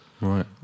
Right